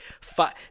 five